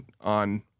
on